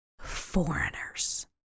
foreigners